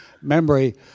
memory